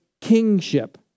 kingship